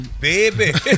Baby